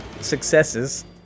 successes